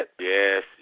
Yes